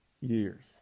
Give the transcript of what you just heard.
years